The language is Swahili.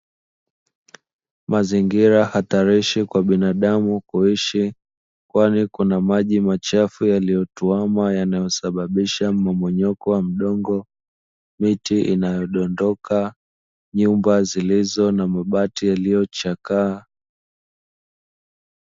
Mazingira hatarishi kwa binadamu kuishi, kwani kuna maji machafu yaliyotuama, yanayosababisha mmomonyoko wa udongo, miti inayodondoka, nyumba zilizo na mabati yaliyochakaa.